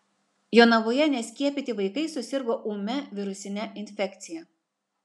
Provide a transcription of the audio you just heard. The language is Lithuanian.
jonavoje neskiepyti vaikai susirgo ūmia virusine infekcija